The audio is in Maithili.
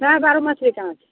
तब आरो मछली कहाँ छै